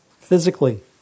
physically